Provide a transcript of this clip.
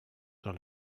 dans